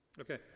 Okay